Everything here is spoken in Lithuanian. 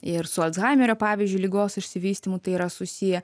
ir su alzhaimerio pavyzdžiui ligos išsivystymu tai yra susiję